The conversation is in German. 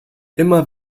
immer